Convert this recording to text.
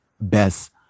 best